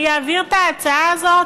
אני אעביר את ההצעה הזאת